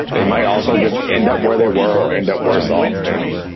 they might also just end up where they were or end up worse off. and